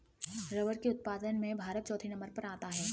rubber के उत्पादन में भारत चौथे नंबर पर आता है